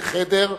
ל"חדר",